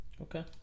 Okay